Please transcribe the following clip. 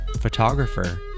photographer